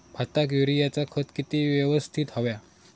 भाताक युरियाचा खत किती यवस्तित हव्या?